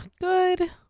good